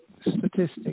statistics